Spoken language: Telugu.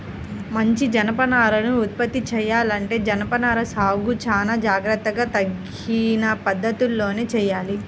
మంచి జనపనారను ఉత్పత్తి చెయ్యాలంటే జనపనార సాగును చానా జాగర్తగా తగిన పద్ధతిలోనే చెయ్యాలి